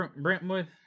Brentwood